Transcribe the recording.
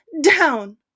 down